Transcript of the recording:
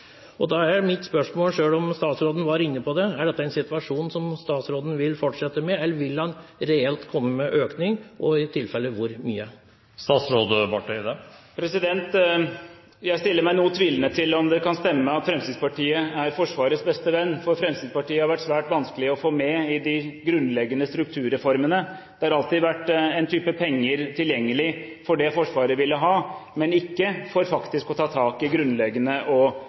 Da er mitt spørsmål – selv om statsråden var inne på det: Er dette en situasjon som statsråden vil fortsette med, eller vil han reelt komme med en økning – og i tilfelle hvor mye? Jeg stiller meg noe tvilende til om det kan stemme at Fremskrittspartiet er Forsvarets beste venn, for Fremskrittspartiet har vært svært vanskelig å få med på de grunnleggende strukturreformene. Det har alltid vært en type penger tilgjengelig for det Forsvaret ville ha, men ikke for faktisk å ta tak i grunnleggende